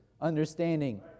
understanding